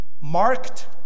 marked